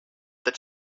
that